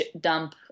dump